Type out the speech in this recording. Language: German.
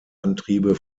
antriebe